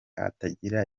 atagira